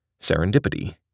serendipity